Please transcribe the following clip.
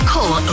Call